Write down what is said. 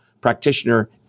practitioner